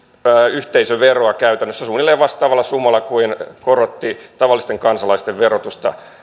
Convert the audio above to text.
yhteisöveroa käytännössä suunnilleen vastaavalla summalla kuin korotti tavallisten kansalaisten verotusta